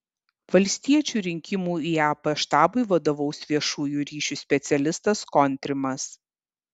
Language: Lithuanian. valstiečių rinkimų į ep štabui vadovaus viešųjų ryšių specialistas kontrimas